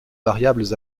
variables